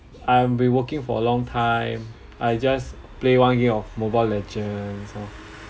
I'm be working for a long time I just play one game of mobile legends lor